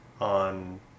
on